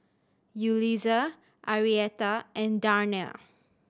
Yulisa Arietta and Darnell